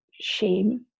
shame